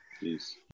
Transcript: Peace